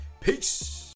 Peace